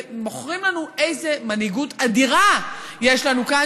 מוכרים לנו איזו מנהיגות אדירה יש לנו כאן,